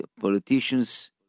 politicians